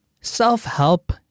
self-help